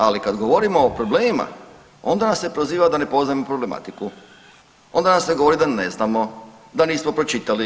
Ali kad govorimo o problemima, onda nas se proziva da ne poznajemo problematiku, onda nam se govori da ne znamo, da nismo pročitali.